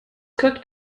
cooked